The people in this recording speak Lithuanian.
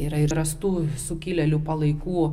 yra ir rastų sukilėlių palaikų